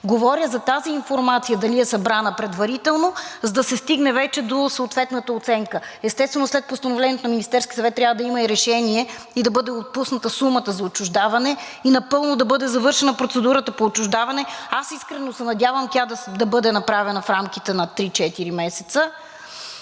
Говоря за тази информация дали е събрана предварително, за да се стигне вече до съответната оценка. Естествено, след постановлението на Министерския съвет трябва да има решение и да бъде отпусната сумата за отчуждаване и напълно да бъде завършена процедурата по отчуждаване. Аз искрено се надявам тя да бъде направена в рамките на три-четири